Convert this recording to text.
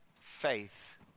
faith